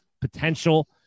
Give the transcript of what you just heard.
potential